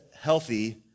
healthy